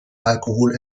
alkohol